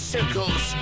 Circles